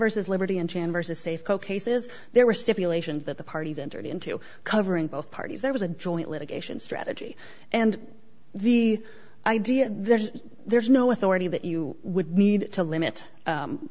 versus liberty and chambres is safe ok says there were stipulations that the parties entered into covering both parties there was a joint litigation strategy and the idea there's there's no authority that you would need to limit